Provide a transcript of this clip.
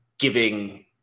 giving